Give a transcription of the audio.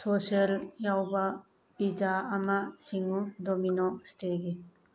social ꯌꯥꯎꯕ pizza ꯑꯃ ꯁꯤꯡꯉꯨ ꯗꯣꯃꯤꯅꯣ ꯏꯁꯇꯦꯒꯤ